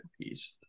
piece